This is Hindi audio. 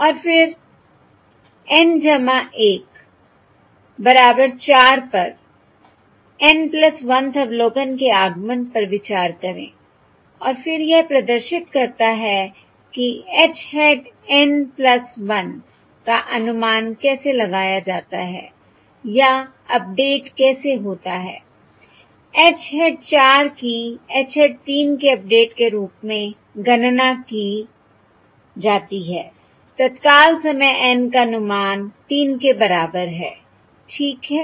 और फिर N 1 बराबर 4 पर N 1 th अवलोकन के आगमन पर विचार करें और फिर यह प्रदर्शित करता है कि h hat N 1 का अनुमान कैसे लगाया जाता है या अपडेट कैसे होता है h hat 4 की h hat 3 के अपडेट के रूप में गणना की जाती है तत्काल समय N का अनुमान तीन के बराबर है ठीक है